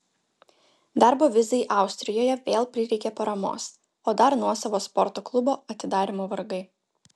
darbo vizai austrijoje vėl prireikė paramos o dar nuosavo sporto klubo atidarymo vargai